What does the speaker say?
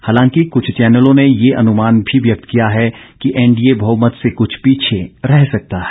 हालांकि कुछ चैनलों ने यह अनुमान भी व्यक्त किया है कि एनडीए बहुमत से कुछ पीछे रह सकता है